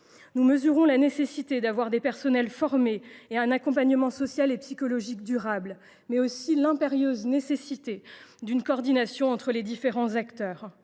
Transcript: Nous mesurons la nécessité d’avoir des personnels formés et un accompagnement social et psychologique durable, mais aussi l’impérieuse nécessité d’une coordination entre les différents acteurs.